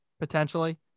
potentially